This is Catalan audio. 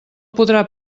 podrà